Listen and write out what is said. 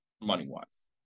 money-wise